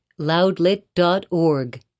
loudlit.org